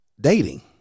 dating